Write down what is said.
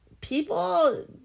people